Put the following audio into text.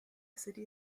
city